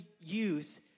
use